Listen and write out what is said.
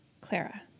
Clara